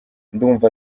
ndumva